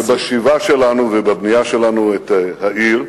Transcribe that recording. ובשיבה שלנו ובבנייה שלנו את העיר,